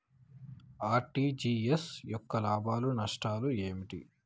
RTGS యొక్క లాభాలు నష్టాలు ఏమిటి?